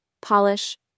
polish